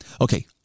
Okay